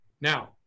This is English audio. Now